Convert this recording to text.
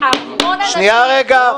שנייה, רגע,